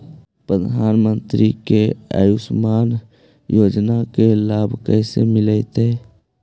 प्रधानमंत्री के आयुषमान योजना के लाभ कैसे मिलतै?